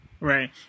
right